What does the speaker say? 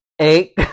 Eight